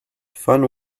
fun